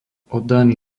oddaný